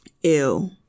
Ew